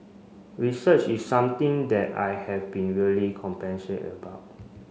research is something that I have been really about